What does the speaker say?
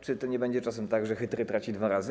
Czy nie będzie czasem tak, że chytry traci dwa razy?